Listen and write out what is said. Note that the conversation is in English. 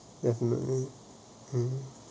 definitely uh